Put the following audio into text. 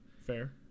fair